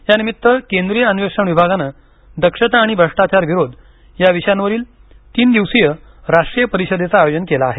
यानिमित्त केंद्रीय अन्वेषण विभागानं दक्षता आणि भ्रष्टाचार विरोध या विषयांवरील तीन दिवसीय राष्ट्रीय परीषदेचं आयोजन केलं आहे